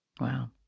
Wow